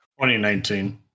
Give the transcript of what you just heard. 2019